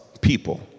people